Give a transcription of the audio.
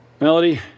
Melody